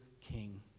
king